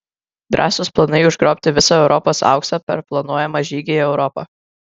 drąsūs planai užgrobti visą europos auksą per planuojamą žygį į europą